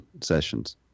sessions